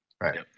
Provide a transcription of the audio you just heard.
Right